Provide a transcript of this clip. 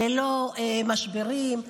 ללא משברים,